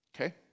Okay